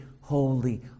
holy